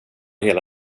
hela